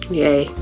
yay